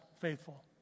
faithful